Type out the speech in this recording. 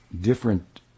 different